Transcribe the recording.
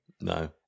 No